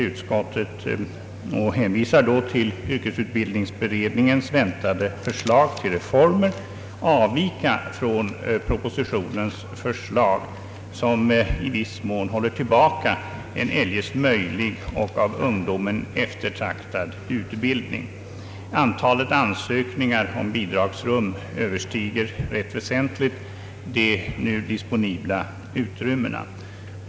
Under hänvisning till yrkesutbildningsberedningens väntade förslag till reformer vill utskottet emellertid inte avvika från propositionens förslag, som i viss mån håller tillbaka en eljest möjlig och av ungdomen eftertraktad utbildning. Antalet ansökningar om bidrag överstiger rätt väsentligt det nu disponibla utrymmet.